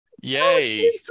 Yay